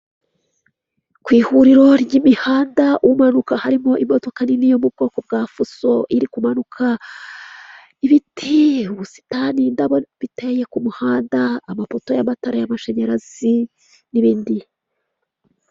Ku ihuriro ry'imihanda umanuka harimo imodoka nini yo mu bwoko bwa fuso, iri kumanuka, ibiti, ubusitani, indabo biteye ku muhanda, amapoto y'amatara y'amashanyarazi n'ibindi.